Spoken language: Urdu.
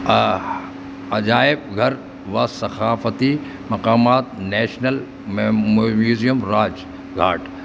عجائب گھر و ثقافتی مقامات نیشنل میوزیم راج گھاٹ